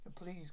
please